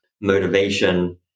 motivation